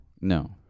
No